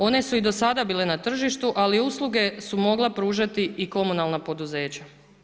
One su i do sada bile na tržištu ali usluge su mogle pružati i komunalna poduzeća.